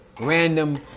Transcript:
random